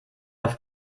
auf